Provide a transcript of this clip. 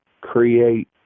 create